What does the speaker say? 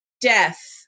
death